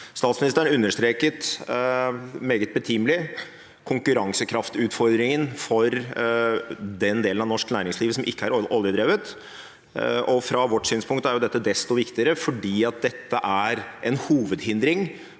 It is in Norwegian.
Statsministeren understreket meget betimelig konkur ransekraftutfordringen for den delen av norsk næringsliv som ikke er oljedrevet. Fra vårt synspunkt er dette desto viktigere ettersom det er en hovedhindring